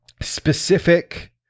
specific